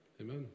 Amen